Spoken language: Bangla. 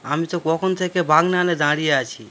আমি তো কখন থেকে বাগনানে দাঁড়িয়ে আছি